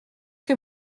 que